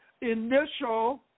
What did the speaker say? initial